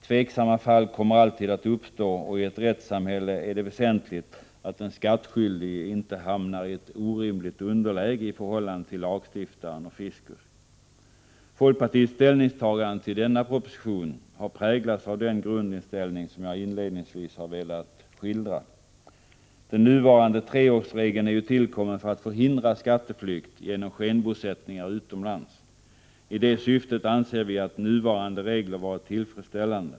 Tveksamma fall kommer alltid att uppstå, och i ett rättssamhälle är det väsentligt att den skattskyldige inte hamnar i ett orimligt underläge i förhållande till lagstiftaren och fiskus. Folkpartiets ställningstagande till denna proposition har präglats av den grundinställning som jag inledningsvis velat skildra. Den nuvarande treårsregeln är ju tillkommen för att förhindra skatteflykt genom skenbosättningar utomlands. I det syftet anser vi att nuvarande regler hade varit tillfredsställande.